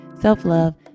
self-love